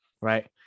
right